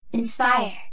Inspire